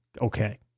okay